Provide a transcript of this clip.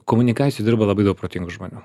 komunikacijoj dirba labai daug protingų žmonių